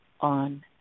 on